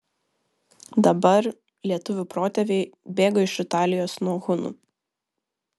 dabar lietuvių protėviai bėgo iš italijos nuo hunų